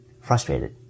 frustrated